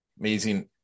Amazing